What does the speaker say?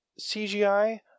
CGI